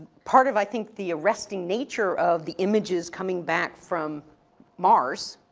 part of, i think, the arresting nature of the images coming back from mars?